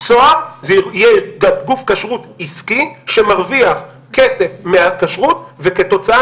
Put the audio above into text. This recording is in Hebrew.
צהר יהיה גוף כשרות עסקי שמרוויח כסף מהכשרות וכתוצאה